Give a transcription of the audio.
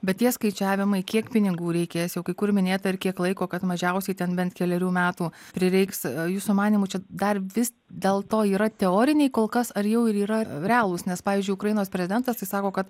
bet tie skaičiavimai kiek pinigų reikės jau kai kur minėta ir kiek laiko kad mažiausiai ten bent kelerių metų prireiks jūsų manymu čia dar vis dėlto yra teoriniai kol kas ar jau ir yra realūs nes pavyzdžiui ukrainos prezidentas tai sako kad